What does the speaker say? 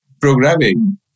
programming